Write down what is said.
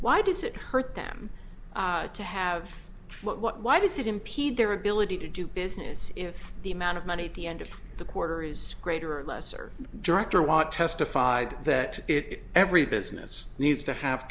why does it hurt them to have why does it impede their ability to do business if the amount of money at the end of the quarter is greater or lesser director want testified that it every business needs to have